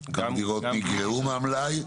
כמה דירות נגרעו מהמלאי,